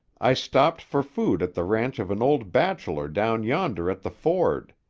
i stopped for food at the ranch of an old bachelor down yonder at the ford.